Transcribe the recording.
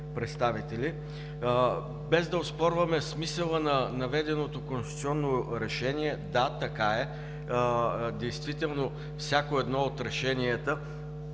представители! Без да оспорваме смисъла на наведеното Конституционно решение – да, така е, действително всяко едно от решенията